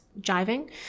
jiving